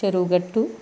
చెరువుగట్టు